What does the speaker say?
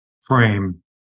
frame